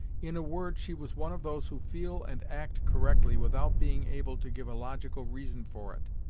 in a word, she was one of those who feel and act correctly without being able to give a logical reason for it,